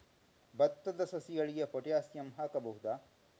ಭತ್ತದ ಸಸಿಗಳಿಗೆ ಪೊಟ್ಯಾಸಿಯಂ ಹಾಕಬಹುದಾ?